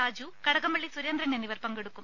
രാജു കടകംപള്ളി സുരേന്ദ്രൻ എന്നിവർ പങ്കെടുക്കും